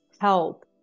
help